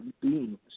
beings